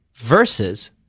versus